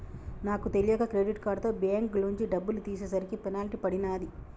నాకు తెలియక క్రెడిట్ కార్డుతో బ్యేంకులోంచి డబ్బులు తీసేసరికి పెనాల్టీ పడినాది